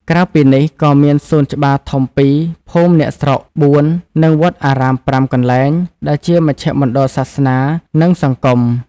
ក្រៅពីនេះ ក៏មានសួនច្បារធំ ២ ភូមិអ្នកស្រុក ៤ និងវត្តអារាម ៥ កន្លែង ដែលជាមជ្ឈមណ្ឌលសាសនា និងសង្គម។